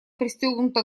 пристегнута